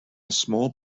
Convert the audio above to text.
small